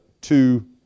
two